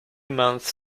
months